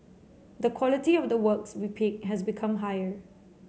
the quality of the works we pick has become higher